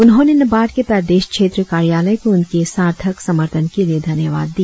उन्होंने नाबार्ड के प्रदेश क्षेत्रीय कार्यालय को उनके सार्थक समर्थन के लिए धन्यवाद दिया